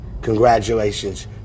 congratulations